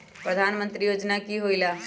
प्रधान मंत्री योजना कि होईला?